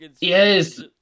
yes